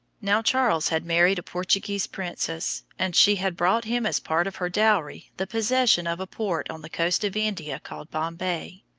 now charles had married a portuguese princess, and she had brought him as part of her dowry the possession of a port on the coast of india called bombay,